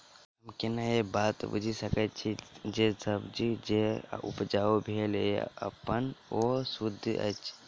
हम केना ए बात बुझी सकैत छी जे सब्जी जे उपजाउ भेल एहन ओ सुद्ध अछि?